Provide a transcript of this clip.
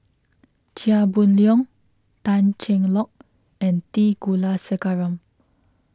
Chia Boon Leong Tan Cheng Lock and T Kulasekaram